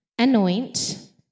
anoint